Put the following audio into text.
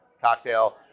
cocktail